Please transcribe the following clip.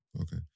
Okay